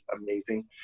amazing